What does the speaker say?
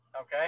Okay